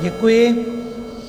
Děkuji.